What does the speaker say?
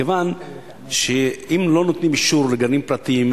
מכיוון שאם לא נותנים אישור לגנים פרטיים,